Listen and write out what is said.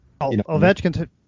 Ovechkin